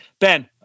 Ben